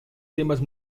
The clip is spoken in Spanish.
temas